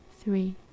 three